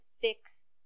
fix